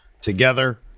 together